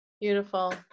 Beautiful